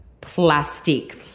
plastic